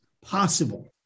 possible